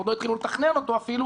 שעוד לא התחילו לתכנן אותו אפילו